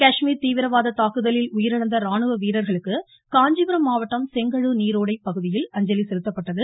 காஷ்மீர் தீவிரவாத தாக்குதலில் உயிரிழந்த ராணுவ வீரர்களுக்கு காஞ்சிபுரம் மாவட்டம் செங்கழு நீரோடை பகுதியில் அஞ்சலி செலுத்தப்பட்டது